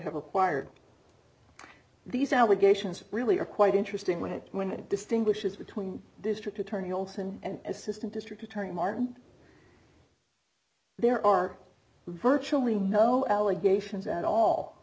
have acquired these allegations really are quite interesting when it when it distinguishes between district attorney olson and assistant district attorney martin there are virtually no allegations at all